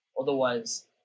Otherwise